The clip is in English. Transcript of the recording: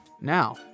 Now